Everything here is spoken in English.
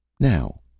now,